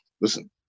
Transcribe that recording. listen